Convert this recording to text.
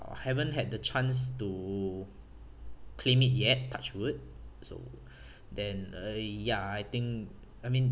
haven't had the chance to claim it yet touch wood so then uh ya I think I mean